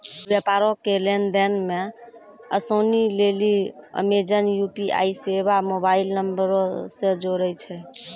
व्यापारो के लेन देन मे असानी लेली अमेजन यू.पी.आई सेबा मोबाइल नंबरो से जोड़ै छै